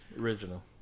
Original